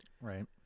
Right